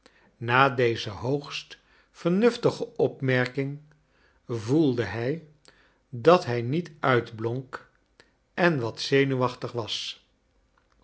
na deze hoogst v ernuftige opmerking voelde hij dat bij niet uitblonk en wat zenuwachtig was